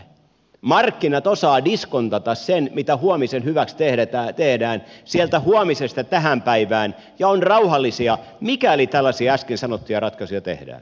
markkinat osaavat diskontata sen mitä huomisen hyväksi tehdään sieltä huomisesta tähän päivään ja ovat rauhallisia mikäli tällaisia äsken sanottuja ratkaisuja tehdään